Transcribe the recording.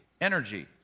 Energy